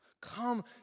Come